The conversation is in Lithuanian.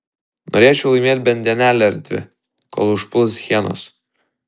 norėčiau laimėt bent dienelę ar dvi kol užpuls hienos